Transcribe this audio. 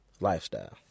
lifestyle